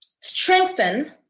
strengthen